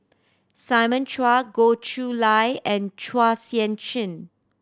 Simon Chua Goh Chiew Lye and Chua Sian Chin